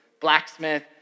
blacksmith